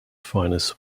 finest